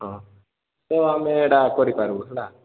ହଁ ତ ଆମେ ଏଇଟା କରିପାରିବୁ ହେଲା